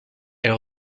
elle